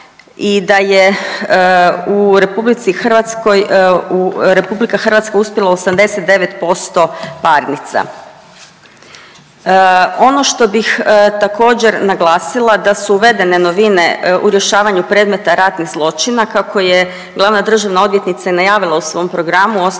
i da je u RH, RH uspjela u 89% parnica. Ono što bih također naglasila da su navedene novine u rješavanju predmeta ratnih zločina, kako je glavna državna odvjetnica i najavila u svom programu